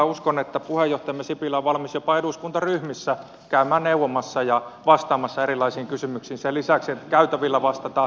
uskon että puheenjohtajamme sipilä on valmis jopa eduskuntaryhmissä käymään neuvomassa ja vastaamassa erilaisiin kysymyksiin sen lisäksi että käytävillä vastataan